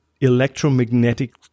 electromagnetic